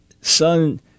son